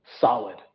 solid